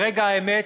ברגע האמת